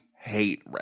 hate